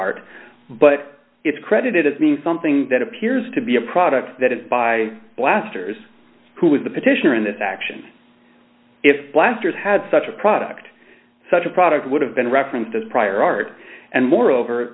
art but it's credited as being something that appears to be a product that is by blasters who was the petitioner in this action if blasters had such a product such a product would have been referenced as prior art and moreover